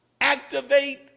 Activate